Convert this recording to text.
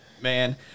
Man